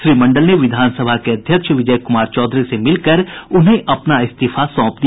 श्री मंडल ने विधानसभा के अध्यक्ष विजय कुमार चौधरी से मिलकर उन्हें अपना इस्तीफा सौंप दिया